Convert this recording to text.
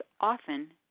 often